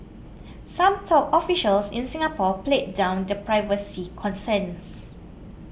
some top officials in Singapore played down the privacy concerns